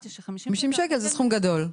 50 שקל זה סכום גדול.